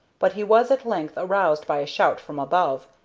but he was at length aroused by a shout from above,